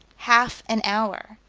half an hour.